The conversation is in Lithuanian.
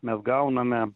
mes gauname